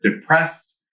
depressed